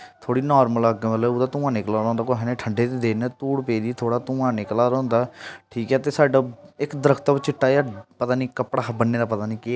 थोह्ड़ी नॉर्मल अग्ग मतलब कि धुआं निकला दा होंदा कुसै ने ठंडे दे दिन धूड़ पेदी थोह्ड़ा धुआं निकला दा होंदा ठीक ऐ ते साड्डा इक दरख्त चिट्टा जेहा पता नेईं कपड़ा हा ब'न्ने दा पता निं केह् हा